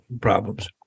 problems